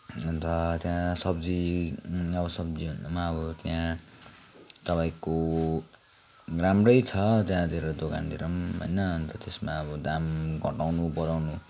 अन्त त्यहाँ सब्जी अब सब्जी भन्दा पनि अब त्यहाँ तपाईँको राम्रै छ त्यहाँतिर दोकानतिर पनि होइन अन्त त्यसमा अब दाम घटाउनु बढाउनु